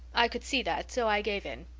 i could see that, so i gave in.